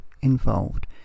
involved